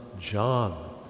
John